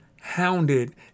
hounded